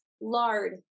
lard